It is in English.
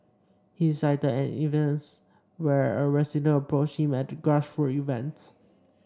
he cited an instance where a resident approached him at a grassroots event